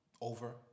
Over